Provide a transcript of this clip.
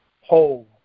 whole